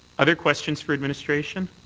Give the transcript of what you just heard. other questions for administration?